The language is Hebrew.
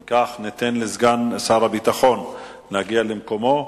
אם כך, ניתן לסגן שר הביטחון להגיע למקומו.